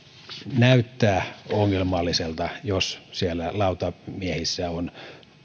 näyttää ongelmalliselta jos siellä lautamiehissä on